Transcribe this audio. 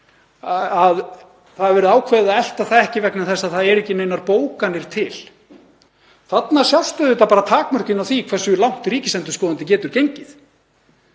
að það hafi verið ákveðið að elta það ekki vegna þess að það eru ekki neinar bókanir til. Þarna sjást auðvitað bara takmörkin á því hversu langt ríkisendurskoðandi getur gengið.